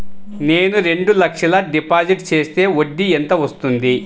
నేను రెండు లక్షల డిపాజిట్ చేస్తే వడ్డీ ఎంత వస్తుంది?